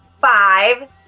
five